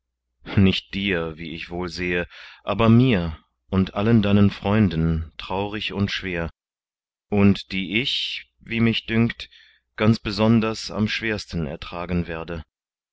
nicht dir wie ich wohl sehe aber mir und allen deinen freunden traurig und schwer und die ich wie mich dünkt ganz besonders am schwersten ertragen werde